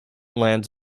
lands